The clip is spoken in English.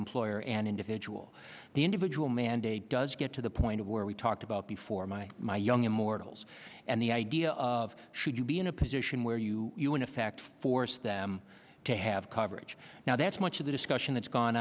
employer and individual the individual mandate does get to the point where we talked about before my my young immortals and the idea of should you be in a position where you are in effect forced them to have coverage now that's much of the discussion that's gone